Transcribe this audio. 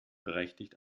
berechtigt